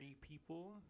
people